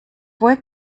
fue